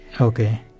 Okay